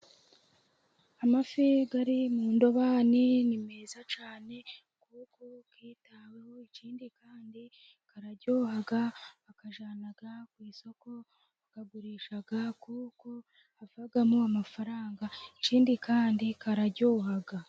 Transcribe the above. Amafi ari mu ndobani ni meza cyane kuko yitaweho, ikindi kandi araryoha bayajyana ku isoko bakagurisha, kuko havamo amafaranga, ikindi kandi araryoha.